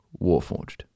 warforged